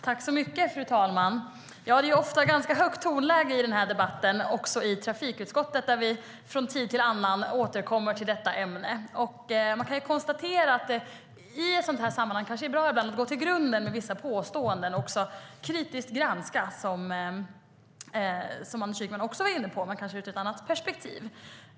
Fru talman! Det är ofta högt tonläge i debatten, också i trafikutskottet där vi från tid till annan återkommer till detta ämne. I ett sådant sammanhang är det bra att ibland gå till grunden med vissa påståenden och kritiskt granska, som också Anders Ygeman var inne på men ur ett annat perspektiv.